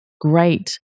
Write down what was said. great